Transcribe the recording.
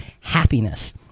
happiness